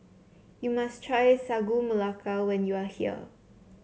you must try Sagu Melaka when you are here